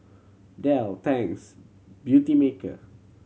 Dell Tangs Beautymaker